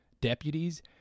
deputies